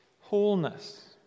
wholeness